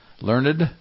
learned